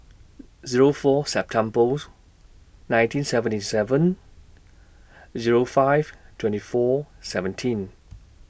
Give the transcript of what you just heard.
Zero four Septembers nineteen seventy seven Zero five twenty four seventeen